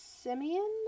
simeon